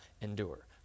endure